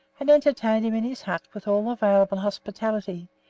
and entertained him in his hut with all available hospitality,